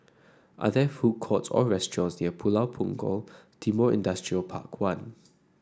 are there food courts or restaurants near Pulau Punggol Timor Industrial Park One